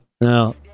No